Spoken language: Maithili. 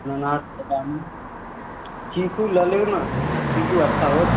अनानास बेदाना चीकू लऽ लेब ने चीकू अच्छा होयत